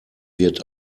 wird